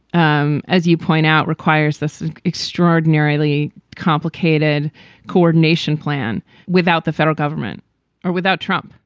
um as you point out, requires this extraordinarily complicated coordination plan without the federal government or without trump?